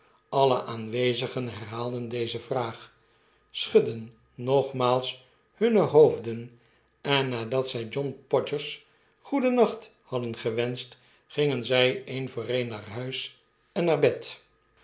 alle aanwezigen herhaalden deze vraag schuddeden nogmaals hunne hoofden en nadat zjj john podgers goedennacht hadden gewenscht gingen zij een voor een naar huis en naar bed